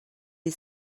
est